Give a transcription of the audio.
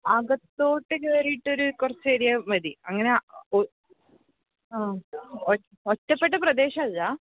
അകത്തോട്ട് കയറിയിട്ടൊരു കുറച്ച് ഏരിയ മതി അങ്ങനെ ആ ഒ ഒറ്റപ്പെട്ട പ്രദേശമല്ല